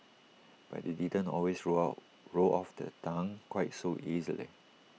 but IT didn't always roll roll off her tongue quite so easily